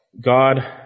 God